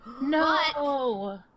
No